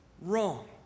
wrong